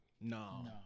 No